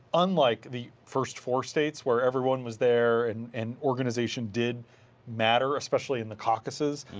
unlike the first four states where everyone was there and and organizations did matter, especially in the caucuses,